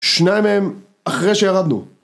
שניים מהם אחרי שירדנו